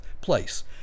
place